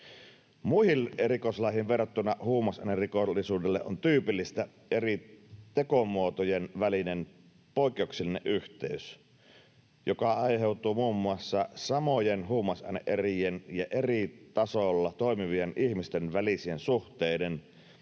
Muihin rikoslajeihin verrattuna huumausainerikollisuudelle on tyypillistä eri tekomuotojen välinen poikkeuksellinen yhteys, joka aiheutuu muun muassa samojen huumausaine-erien ja eri tasolla toimivien ihmisten välisien suhteiden,